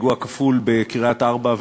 פיגוע כפול בקריית-ארבע.